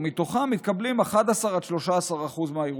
ומתוכם מתקבלים 11% עד 13% מהערעורים.